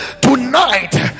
tonight